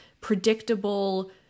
predictable